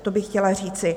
To bych chtěla říci.